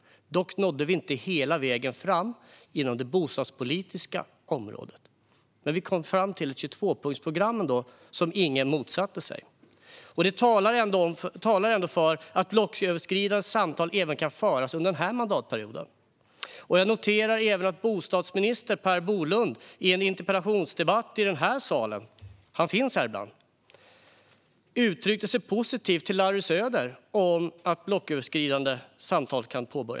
Dock nådde vi inte hela vägen fram inom det bostadspolitiska området. Men vi kom ändå fram till ett 22-punktsprogram som ingen motsatte sig. Detta talar ändå för att blocköverskridande samtal kan föras även under denna mandatperiod. Jag noterar även att bostadsminister Per Bolund i en interpellationsdebatt i denna sal - han finns här ibland - uttryckte sig positivt till Larry Söder om att inleda blocköverskridande samtal.